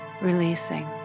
releasing